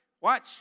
Watch